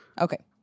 Okay